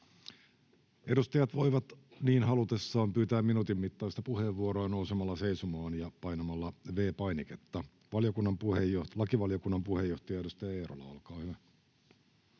Edustajat voivat niin halutessaan pyytää minuutin mittaista puheenvuoroa nousemalla seisomaan ja painamalla V‑painiketta. — Lakivaliokunnan puheenjohtaja, edustaja Eerola, olkaa hyvä.